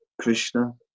Krishna